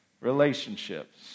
Relationships